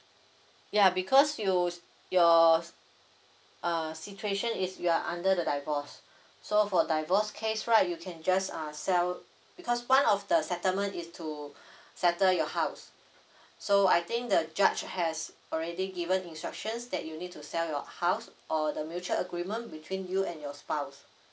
ya because you your uh situation is you are under the divorce so for divorce case right you can just uh sell because one of the settlement is to settle your house so I think the judge has already given instructions that you need to sell your house or the mutual agreement between you and your spouse